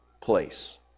place